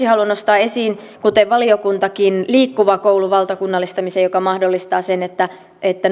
haluan nostaa esiin kuten valiokuntakin liikkuvan koulun valtakunnallistamisen joka mahdollistaa sen että että